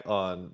on